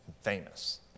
famous